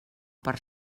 per